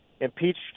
impeached